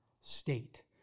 state